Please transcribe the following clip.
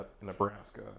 Nebraska